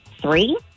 three